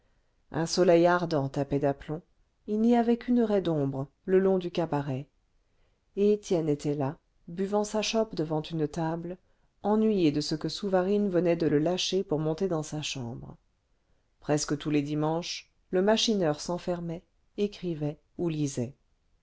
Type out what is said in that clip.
un soleil ardent tapait d'aplomb il n'y avait qu'une raie d'ombre le long du cabaret et étienne était là buvant sa chope devant une table ennuyé de ce que souvarine venait de le lâcher pour monter dans sa chambre presque tous les dimanches le machineur s'enfermait écrivait ou lisait